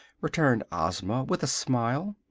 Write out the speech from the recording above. returned ozma, with a smile.